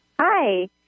Hi